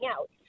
out